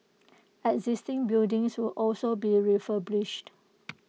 existing buildings will also be refurbished